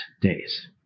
days